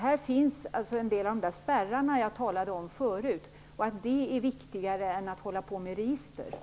Här finns alltså en del av de spärrar som jag talade om förut. Det är viktigare än att hålla på med registrering.